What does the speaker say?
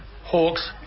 Hawks